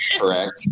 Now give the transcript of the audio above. correct